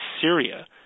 Syria